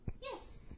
Yes